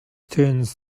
turns